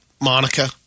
Monica